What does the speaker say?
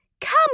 Come